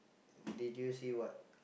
did you see what